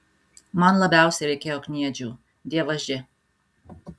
man labiausiai reikėjo kniedžių dievaži